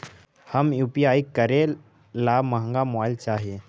हम यु.पी.आई करे ला महंगा मोबाईल चाही?